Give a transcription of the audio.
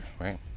right